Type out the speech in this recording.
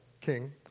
king